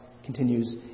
Continues